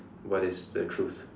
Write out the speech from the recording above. what is the truth